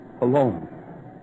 alone